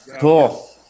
cool